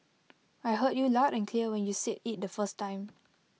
I heard you loud and clear when you said IT the first time